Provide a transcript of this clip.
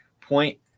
point